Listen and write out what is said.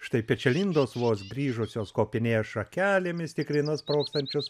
štai pečialindos vos grįžusios kopinėja šakelėmis tikrina sprogstančius